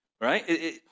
Right